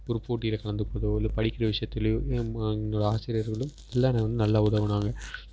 ஒரு போட்டியில் கலந்துக்கிறதோ இல்லை படிக்கிற விஷயத்திலையோ எம் எங்களோட ஆசிரியர்களும் எல்லாம் நல்லா உதவினாங்க